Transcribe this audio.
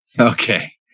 Okay